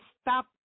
stop